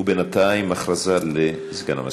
ובינתיים, הודעה לסגן המזכירה.